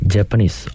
Japanese